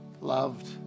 loved